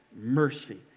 mercy